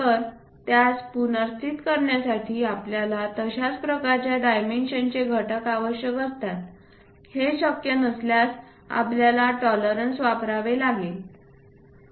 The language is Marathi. तर त्यास पुनर्स्थित करण्यासाठी आपल्याला तशाच प्रकारच्या डायमेन्शनचे घटक आवश्यक असतात हे शक्य नसल्यास आपल्याला टॉलरन्स वापरावे लागेल